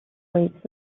weeks